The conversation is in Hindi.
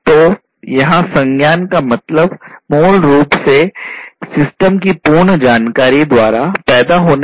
तो यह मूल रूप से इसके साइबर घटक द्वारा किया गया है